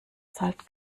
zahlt